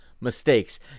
mistakes